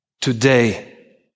Today